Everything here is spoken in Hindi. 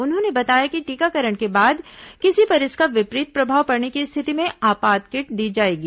उन्होंने बताया कि टीकाकरण के बाद किसी पर इसका विपरीत प्रभाव पड़ने की स्थिति में आपात किट दी जाएगी